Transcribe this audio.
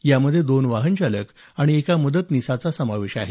यामध्ये दोन वाहनचालक आणि एका मदतनिसांचा समावेश आहे